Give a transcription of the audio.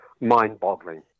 mind-boggling